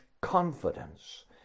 confidence